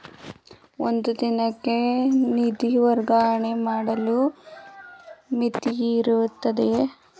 ಒಂದು ದಿನಕ್ಕೆ ನಿಧಿ ವರ್ಗಾವಣೆ ಮಾಡಲು ಮಿತಿಯಿರುತ್ತದೆಯೇ?